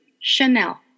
Chanel